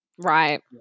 Right